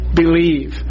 believe